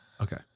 Okay